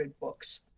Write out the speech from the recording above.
books